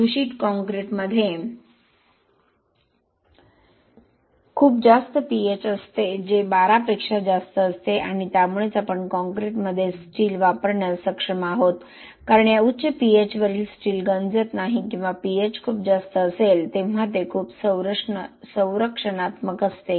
दूषित कॉंक्रिटमध्ये खूप जास्त pH असते जे 12 पेक्षा जास्त असते आणि त्यामुळेच आपण कॉंक्रिटमध्ये स्टील वापरण्यास सक्षम आहोत कारण या उच्च pH वर स्टील गंजत नाही किंवा pH खूप जास्त असेल तेव्हा ते खूप संरक्षणात्मक असते